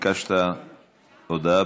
ביקשת הודעה,